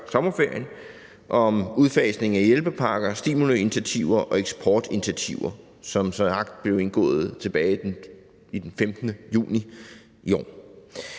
sommerferien, om udfasning af hjælpepakker, stimuliinitiativer og eksportinitiativer, en aftale, der som sagt blev indgået den 15. juni i år.